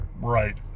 right